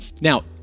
Now